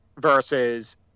versus